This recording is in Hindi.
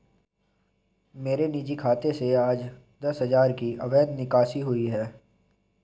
मेरे निजी खाते से आज दस हजार की अवैध निकासी हुई है